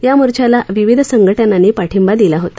या मोर्चाला विविध संघटनांनी पाठिंबा दिला होता